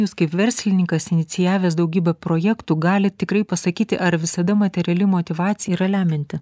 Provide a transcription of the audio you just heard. jūs kaip verslininkas inicijavęs daugybę projektų galit tikrai pasakyti ar visada materiali motyvacija yra lemianti